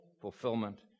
fulfillment